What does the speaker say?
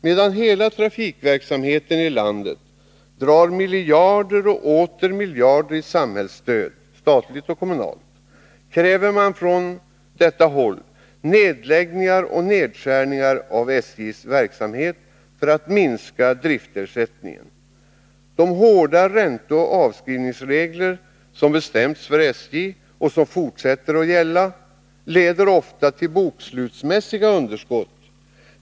Medan hela trafikverksamheten i landet drar miljarder och åter miljarder i samhällsstöd — statligt och kommunalt — kräver man från detta håll nedläggningar och nedskärningar av SJ:s verksamhet för att minska driftsersättningen. De hårda ränteoch avskrivningsregler som bestämts för SJ och som fortsätter att gälla leder ofta till bokslutsmässiga underskott.